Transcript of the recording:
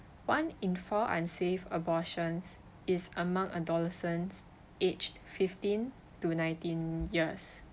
one in four unsafe abortions is among adolescents aged fifteen to nineteen years